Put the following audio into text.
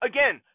Again